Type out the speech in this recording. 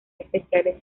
especiales